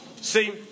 See